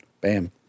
bam